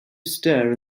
stir